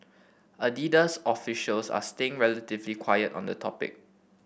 Adidas officials are staying relatively quiet on the topic